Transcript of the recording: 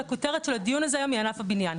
שהכותרת של הדיון הזה היא על ענף הבניין.